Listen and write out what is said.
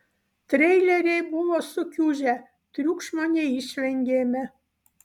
treileriai buvo sukiužę triukšmo neišvengėme